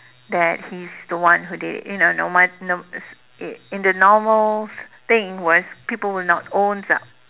that he's the one who did it you know you know in in the normal thing was people will not owns up